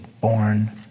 born